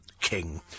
King